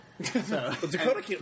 Dakota